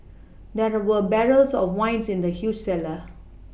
there were barrels of wines in the huge cellar